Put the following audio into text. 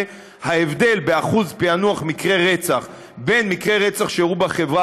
ההבדל בשיעור פענוח מקרי רצח בין מקרי רצח שאירעו בחברה